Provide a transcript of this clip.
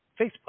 Facebook